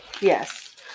Yes